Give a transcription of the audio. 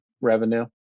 revenue